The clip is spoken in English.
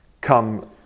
come